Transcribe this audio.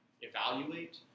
evaluate